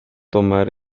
tomar